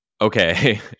okay